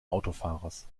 autofahrers